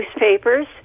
newspapers